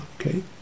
okay